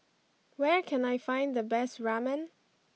where can I find the best Ramen